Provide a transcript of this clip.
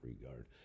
regard